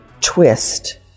twist